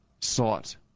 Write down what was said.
sought